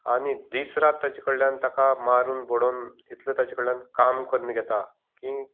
आनी दीसरात ताचे कडल्यान ताका मारून बडोवन इतलें ताचे कडल्यान काम कन्न घेता